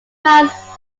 miles